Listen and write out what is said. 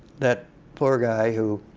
that poor guy who